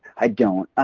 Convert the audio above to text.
i don't.